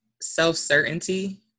self-certainty